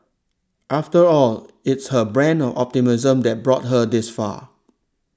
after all it's her brand of optimism that brought her this far